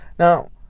Now